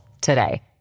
today